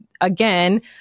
again